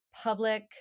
public